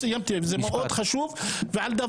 שר הפנים יקבע את עמדתו לפני שלמעשה ילכו על המנגנון הזה,